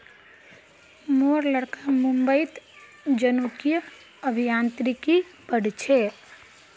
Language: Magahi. मोर लड़का मुंबईत जनुकीय अभियांत्रिकी पढ़ छ